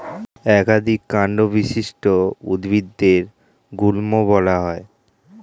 একাধিক কান্ড বিশিষ্ট উদ্ভিদদের গুল্ম বলা হয়